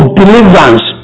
deliverance